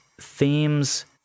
themes